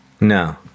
No